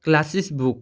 କ୍ଲାସିସ୍ book